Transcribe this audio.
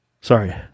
Sorry